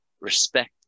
respect